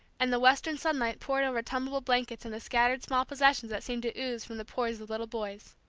and the western sunlight poured over tumbled blankets and the scattered small possessions that seem to ooze from the pores of little boys,